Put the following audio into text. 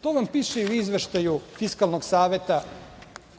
To vam piše i u izveštaju Fiskalnog saveta